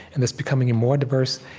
and that's becoming more diverse,